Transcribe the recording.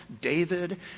David